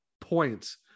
points